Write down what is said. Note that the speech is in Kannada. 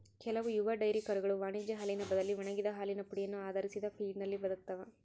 ಕೆಲವು ಯುವ ಡೈರಿ ಕರುಗಳು ವಾಣಿಜ್ಯ ಹಾಲಿನ ಬದಲಿ ಒಣಗಿದ ಹಾಲಿನ ಪುಡಿಯನ್ನು ಆಧರಿಸಿದ ಫೀಡ್ನಲ್ಲಿ ಬದುಕ್ತವ